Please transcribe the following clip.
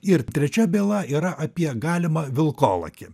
ir trečia byla yra apie galimą vilkolakį